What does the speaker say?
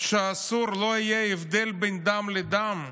שאסור שיהיה הבדל בין דם לדם?